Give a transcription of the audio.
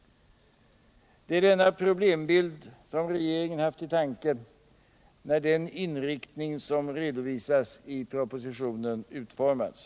Det är denna problembild regeringen haft i åtanke när den inriktning som redovisas i propositionen utformats.